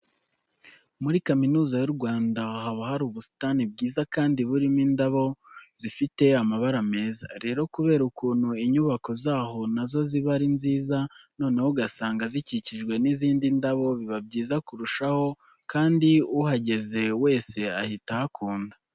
Muri Kaminuza y'u Rwanda haba hari ubusitani bwiza kandi burimo n'indabo zifite amabara meza. Rero kubera ukuntu inyubako zaho na zo ziba ari nziza noneho ugasanga zikikijwe n'izi ndabo, biba byiza kurushaho kandi uhageze wese ahita ahakunda.